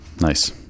Nice